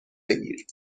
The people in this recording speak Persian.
بگیر